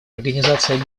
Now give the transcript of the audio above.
организации